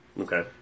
Okay